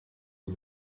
und